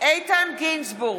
איתן גינזבורג,